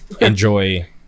enjoy